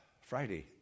Friday